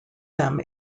them